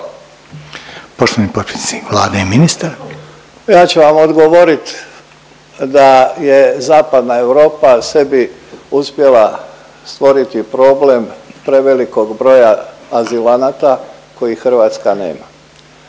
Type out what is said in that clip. **Božinović, Davor (HDZ)** Ja ću vam odgovorit da je zapadna Europa sebi uspjela stvoriti problem prevelikog broja azilanata koji Hrvatska nema.